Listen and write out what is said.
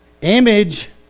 image